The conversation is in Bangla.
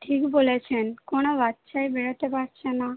ঠিক বলেছেন কোনো বাচ্চাই বেরোতে পারছে না